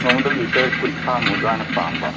ꯅꯣꯡꯃꯗ ꯂꯤꯇꯔ ꯀꯨꯟꯊ꯭ꯔꯥꯃꯨꯛ ꯑꯗꯨꯃꯥꯏꯅ ꯄꯥꯝꯕ